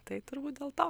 tai turbūt dėl to